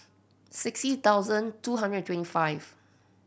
sixty thousand two hundred and twenty five